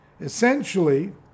essentially